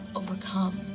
overcome